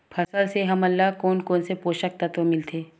फसल से हमन ला कोन कोन से पोषक तत्व मिलथे?